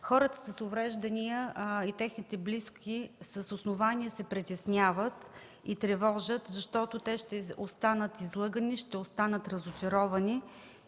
Хората с увреждания и техните близки с основание се притесняват и тревожат, защото ще останат излъгани, разочаровани.